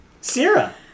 Sarah